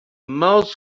most